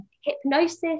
hypnosis